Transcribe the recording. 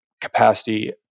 capacity